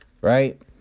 right